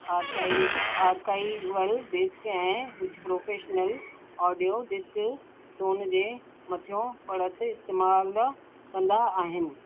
हर्काई archival disc ऐं कुझु professional audio disc सोन जे मथियों परत इस्तेमालु कंदा आहिनि